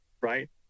right